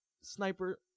sniper